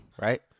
right